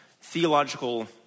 theological